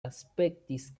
aspektis